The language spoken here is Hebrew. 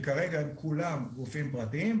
שכרגע הם כולם גופים פרטיים,